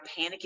panicking